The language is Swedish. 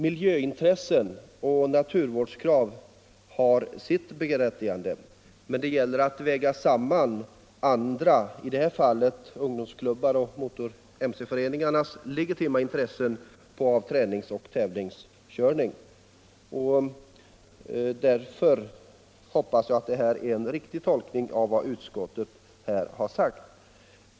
Miljöintressen och naturvårdskrav har sitt berättigande, men det gäller att väga samman andra — i det här fallet ungdomsklubbars och mc-föreningarnas — legitima intressen av att få ha träningsoch tävlingskörning. Därför hoppas jag att detta är en riktig tolkning av utskottets skrivning.